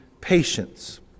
patience